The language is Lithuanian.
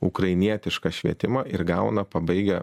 ukrainietišką švietimą ir gauna pabaigę